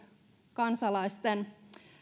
kansalaisten